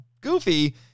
goofy